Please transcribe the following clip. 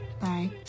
Bye